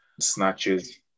snatches